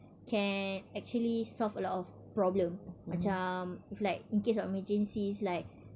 can actually solve a lot of problem macam if like in case of emergencies like